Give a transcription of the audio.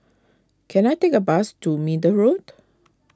can I take a bus to Middle Road